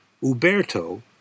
Uberto